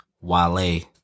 Wale